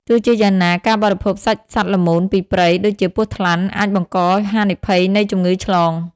ទោះជាយ៉ាងណា ការបរិភោគសាច់សត្វល្មូនពីព្រៃ ដូចជាពស់ថ្លាន់ អាចបង្កហានិភ័យនៃជំងឺឆ្លង។